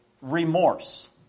remorse